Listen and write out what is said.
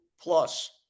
plus